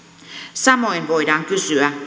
samoin voidaan kysyä